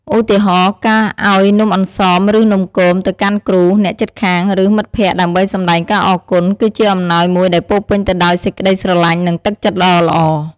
ឧទាហរណ៍ ការឱ្យនំអន្សមឬនំគម ទៅកាន់គ្រូ អ្នកជិតខាង ឬ មិត្តភក្តិដើម្បីសម្ដែងការអរគុណ គឺជាអំណោយមួយដែលពោរពេញទៅដោយសេចក្ដីស្រឡាញ់ និងទឹកចិត្តដ៏ល្អ។